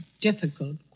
difficult